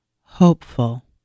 hopeful